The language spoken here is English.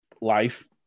life